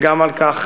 וגם על כך,